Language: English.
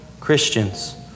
Christians